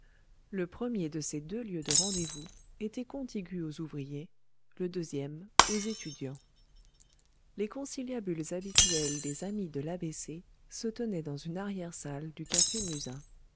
le premier de ces lieux de rendez-vous était contigu aux ouvriers le deuxième aux étudiants les conciliabules habituels des amis de l'a b c se tenaient dans une arrière salle du café musain